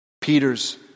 Peter's